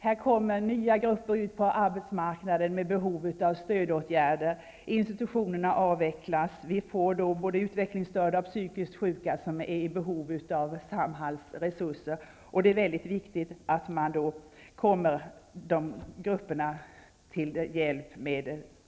Här kommer nya grupper ut på arbetsmarknaden med behov av stödåtgärder. När institutionerna avvecklas kommer både utvecklingsstörda och psykiskt sjuka att vara i behov av Samhalls resurser, och då är det mycket viktigt att Samhalls utbud kommer de grupperna till hjälp.